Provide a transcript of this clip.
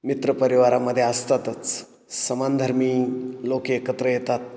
मित्रपरिवारामधे असतातच समानधर्मी लोक एकत्र येतात